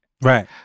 Right